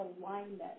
alignment